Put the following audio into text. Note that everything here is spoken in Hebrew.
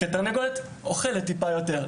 כי התרנגולת אוכלת טיפה יותר.